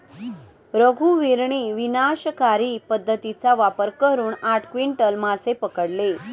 रघुवीरने विनाशकारी पद्धतीचा वापर करून आठ क्विंटल मासे पकडले